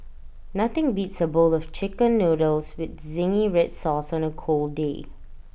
nothing beats A bowl of Chicken Noodles with Zingy Red Sauce on A cold day